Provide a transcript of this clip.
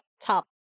top